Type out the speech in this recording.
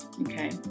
Okay